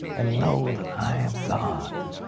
and know that i am god.